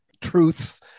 truths